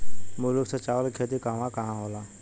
मूल रूप से चावल के खेती कहवा कहा होला?